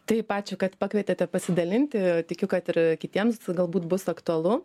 taip ačiū kad pakvietėte pasidalinti tikiu kad ir kitiems galbūt bus aktualu